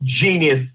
genius